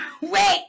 wait